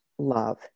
love